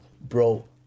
bro